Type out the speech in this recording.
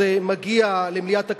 המנהלת,